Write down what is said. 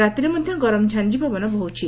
ରାତିରେ ମଧ୍ଧ ଗରମ ଝାଞି ପବନ ବହୁଛି